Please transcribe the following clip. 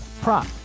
prop